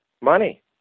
money